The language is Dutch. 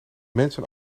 mensen